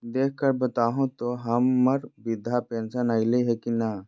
देख कर बताहो तो, हम्मर बृद्धा पेंसन आयले है की नय?